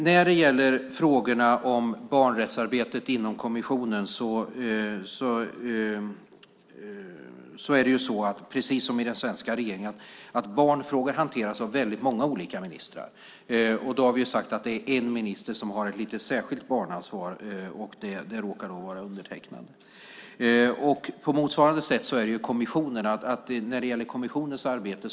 När det gäller frågorna om barnrättsarbetet inom kommissionen är det precis som i den svenska regeringen så att barnfrågor hanteras av många olika ministrar. Vi har sagt att det är en minister som har ett särskilt barnansvar, och det råkar vara undertecknad. På motsvarande sätt är det i kommissionens arbete.